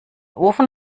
ofen